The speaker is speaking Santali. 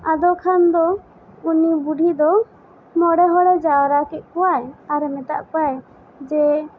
ᱟᱫᱚ ᱠᱷᱟᱱ ᱫᱚ ᱩᱱᱤ ᱵᱩᱰᱷᱤ ᱫᱚ ᱢᱚᱬᱮ ᱦᱚᱲ ᱮ ᱡᱟᱣᱨᱟ ᱠᱮᱫ ᱠᱚᱣᱟᱭ ᱟᱨ ᱮ ᱢᱮᱛᱟᱜ ᱠᱚᱣᱟᱭ ᱡᱮ